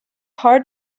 hard